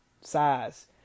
size